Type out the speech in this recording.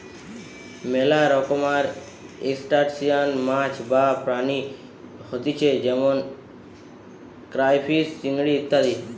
মেলা রকমকার ত্রুসটাসিয়ান মাছ বা প্রাণী হতিছে যেমন ক্রাইফিষ, চিংড়ি ইত্যাদি